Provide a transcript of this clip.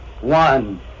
one